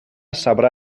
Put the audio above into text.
sabrà